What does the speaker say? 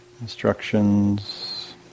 instructions